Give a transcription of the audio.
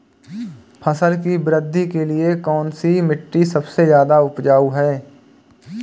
फसल की वृद्धि के लिए कौनसी मिट्टी सबसे ज्यादा उपजाऊ है?